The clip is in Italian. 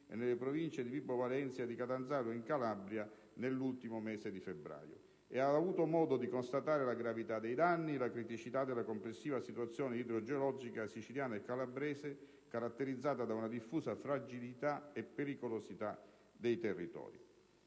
e nelle Province di Vibo Valentia e di Catanzaro, in Calabria, nel mese di febbraio e ha avuto modo di constatare la gravità dei danni e la criticità delle complessive situazioni idrogeologiche siciliana e calabrese, caratterizzate da una diffusa fragilità e pericolosità dei territori.